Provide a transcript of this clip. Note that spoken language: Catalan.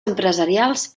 empresarials